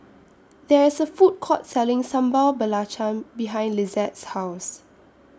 There IS A Food Court Selling Sambal Belacan behind Lizette's House